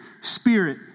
Spirit